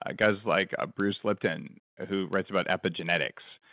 ah guys like ah bruce lipton, who writes about epigenetics,